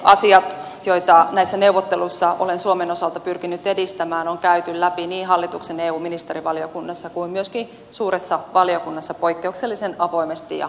ne asiat joita näissä neuvotteluissa olen suomen osalta pyrkinyt edistämään on käyty läpi niin hallituksen eu ministerivaliokunnassa kuin myöskin suuressa valiokunnassa poikkeuksellisen avoimesti ja luottamuksella